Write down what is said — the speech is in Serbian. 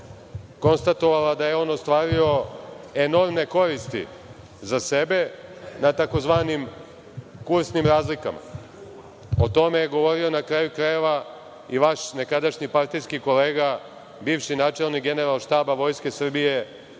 konstatovala da je on ostvario enormne koristi za sebe na tzv. kursnim razlikama. O tome je govorio, na kraju krajeva, i vaš nekadašnji partijski kolega, bivši načelnik Generalštaba Vojske Srbije,